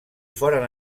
foren